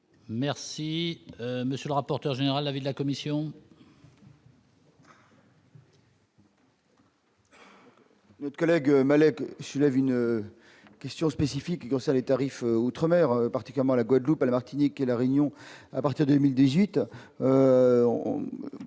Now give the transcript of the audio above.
Merci, monsieur le rapporteur général avec la commission.